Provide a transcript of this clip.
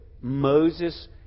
Moses